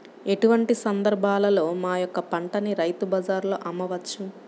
ఎటువంటి సందర్బాలలో మా యొక్క పంటని రైతు బజార్లలో అమ్మవచ్చు?